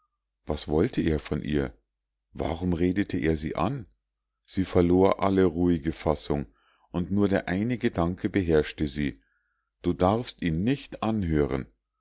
was wollte er von ihr warum redete er sie an sie verlor alle ruhige fassung und nur der eine gedanke beherrschte sie du darfst ihn nicht anhören